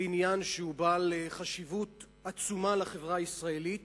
עניין שהוא בעל חשיבות עצומה לחברה הישראלית,